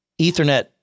Ethernet